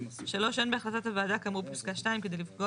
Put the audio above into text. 3. אין בהחלטת הוועדה כאמור בפסקה 2 כדי לפגוע